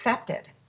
accepted